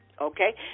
okay